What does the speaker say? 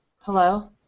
Hello